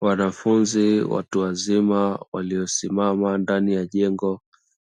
Wanafunzi watu wazima waliosimama ndani ya jengo